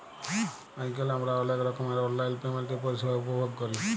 আইজকাল আমরা অলেক রকমের অললাইল পেমেল্টের পরিষেবা উপভগ ক্যরি